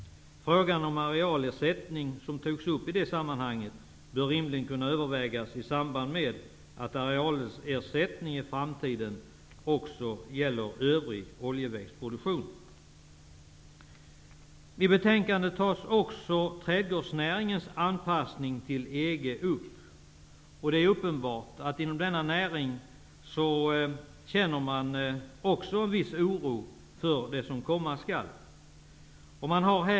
Frågan om arealersättning, som togs upp i det sammanhanget, bör rimligen kunna övervägas i och med att arealersättningen i framtiden också gäller övrig oljeväxtproduktion. I betänkandet tas också trädgårdsnäringens anpassning till EG upp. Det är uppenbart att man också inom denna näring känner en viss oro för det som komma skall.